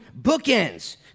bookends